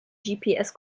gps